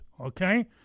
okay